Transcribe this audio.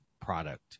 product